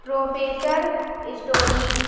professor story